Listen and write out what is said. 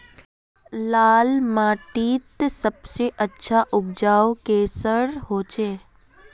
लाल माटित सबसे अच्छा उपजाऊ किसेर होचए?